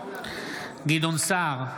גדעון סער,